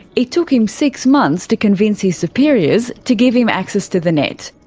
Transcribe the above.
it took him six months to convince his superiors to give him access to the net.